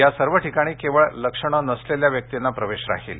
या सर्व ठिकाणी केवळ लक्षणे नसलेल्या व्यक्तिंना प्रवेश राहील